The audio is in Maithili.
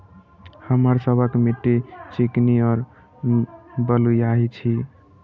हमर सबक मिट्टी चिकनी और बलुयाही छी?